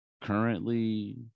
currently